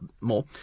more